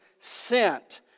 sent